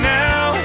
now